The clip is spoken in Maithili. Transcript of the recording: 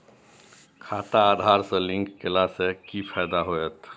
खाता आधार से लिंक केला से कि फायदा होयत?